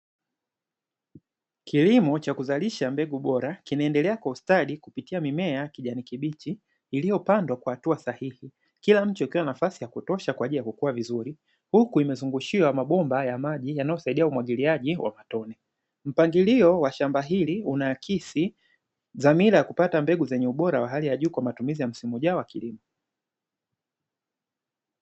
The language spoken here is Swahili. Kilimo cha kuzalisha mbegu bora kinaendelea kwa ustadi kupitia mimea ya kijani kibichi, iliyopandwa kwa hatua sahihi, kila mche ukiwa na nafasi ya kutosha kwa ajili ya kukua vizuri, huku imezungushiwa mabomba ya maji yanayosaidia umwagiliaji wa matone. Mpangilio wa shamba hili unaakisi dhamira ya kupata mbegu zenye ubora wa hali ya juu kwa matumizi ya msimu ujao wa kilimo.